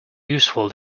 useful